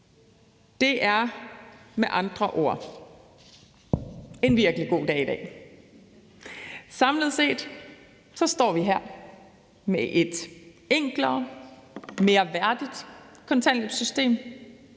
Det er med andre ord en virkelig god dag i dag. Samlet set står vi her med et enklere og mere værdigt kontanthjælpssystem.